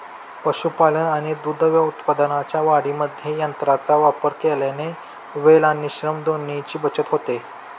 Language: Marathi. पशुपालन आणि दूध उत्पादनाच्या वाढीमध्ये यंत्रांचा वापर केल्याने वेळ आणि श्रम दोन्हीची बचत होते